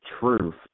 truth